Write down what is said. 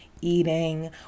eating